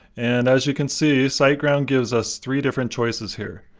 and, as you can see, siteground gives us three different choices here,